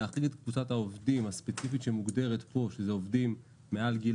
להחריג את קבוצת העובדים הספציפית שמוגדרת פה שזה עובדים מעל גיל